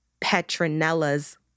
Petronella's